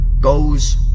goes